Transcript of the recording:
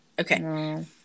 Okay